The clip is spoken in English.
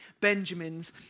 Benjamin's